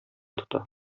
тота